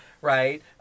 Right